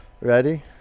Ready